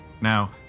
Now